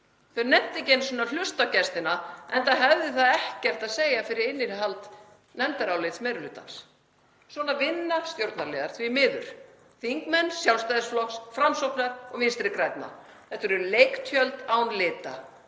Þau nenntu ekki einu sinni að hlusta á gestina, enda hefði það ekkert að segja fyrir innihald nefndarálits meiri hlutans. Svona vinna stjórnarliðar, því miður; þingmenn Sjálfstæðisflokks, Framsóknar og Vinstri grænna. Þetta eru leiktjöld án lita,